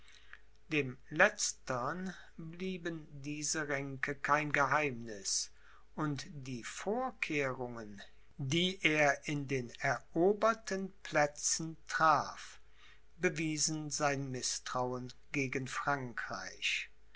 dem letztern blieben diese ränke kein geheimniß und die vorkehrungen die er in den eroberten plätzen traf bewiesen sein mißtrauen gegen frankreich